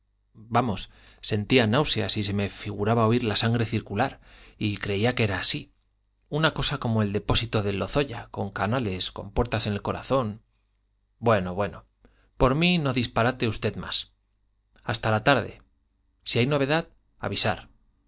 vamos sentía náuseas y se me figuraba oír la sangre circular y creía que era así una cosa como el depósito del lozoya con canales compuertas en el corazón bueno bueno por mí no disparate usted más hasta la tarde si hay novedad avisar